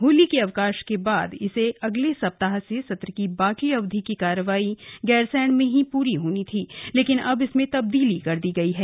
होली के अवकाश के बाद अगले सप्ताह से सत्र की बाकी अवधि की कार्यवाही गैरसैंण में ही पूरी होनी थी लेकिन अब इसमें तब्दीली कर दी गई है